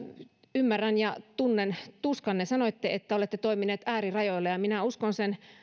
ymmärrän ja tunnen tuskanne sanoitte että olette toimineet äärirajoilla ja minä uskon sen